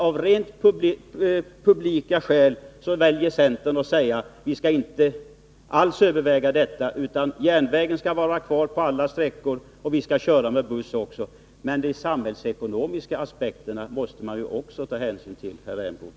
Av rent publika skäl väljer centern att säga: Vi skall inte alls överväga nedläggning, utan järnvägen skall vara kvar på alla sträckor, och vi skall köra med buss också. Men man måste också ta hänsyn till de samhällsekonomiska aspekterna, herr Rämgård.